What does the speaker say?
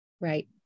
right